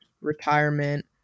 retirement